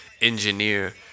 engineer